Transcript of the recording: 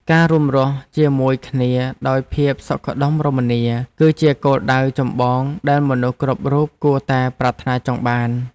ការរួមរស់ជាមួយគ្នាដោយភាពសុខដុមរមនា គឺជាគោលដៅចម្បងដែលមនុស្សគ្រប់រូបគួរតែប្រាថ្នាចង់បាន។